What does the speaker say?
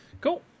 cool